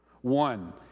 One